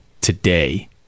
today